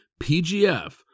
PGF